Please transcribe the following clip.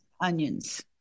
onions